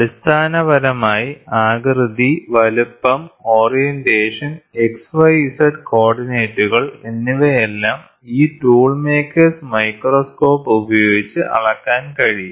അടിസ്ഥാനപരമായി ആകൃതി വലുപ്പം ഓറിയന്റേഷൻ XYZ കോർഡിനേറ്റുകൾ എന്നിവയെല്ലാം ഈ tool maker's microscope Tool Maker's Microscope ഉപയോഗിച്ച് അളക്കാൻ കഴിയും